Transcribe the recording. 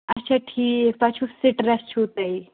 اچھا ٹھیٖک تۄہہِ چھُو سِٹرٛٮ۪س چھُو تۄہہِ